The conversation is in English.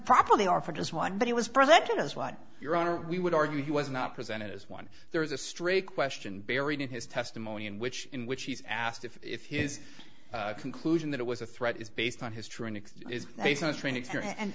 properly or for just one but it was presented as what your honor we would argue he was not presented as one there was a straight question buried in his testimony in which in which he's asked if his conclusion that it was a threat is based on his